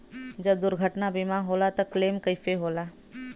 जब दुर्घटना बीमा होला त क्लेम कईसे होला?